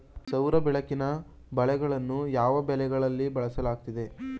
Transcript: ಸೌರ ಬೆಳಕಿನ ಬಲೆಗಳನ್ನು ಯಾವ ಬೆಳೆಗಳಲ್ಲಿ ಬಳಸಲಾಗುತ್ತದೆ?